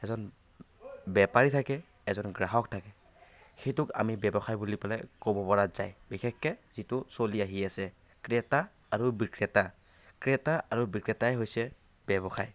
এজন বেপাৰী থাকে এজন গ্ৰাহক থাকে সেইটোক আমি ব্যৱসায় বুলি পেলাই ক'ব পৰা যায় বিশেষকৈ যিটো চলি আহি আছে ক্ৰেতা আৰু বিক্ৰেতা ক্ৰেতা আৰু বিক্ৰেতাই হৈছে ব্যৱসায়